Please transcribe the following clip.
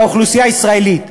את האוכלוסייה הישראלית,